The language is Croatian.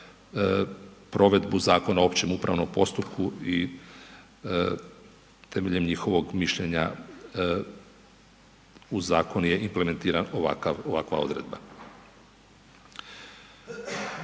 provedbu Zakona o općem upravnom postupku i temeljem njihovog mišljenja u zakon je implementiran ovakav, ovakva